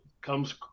comes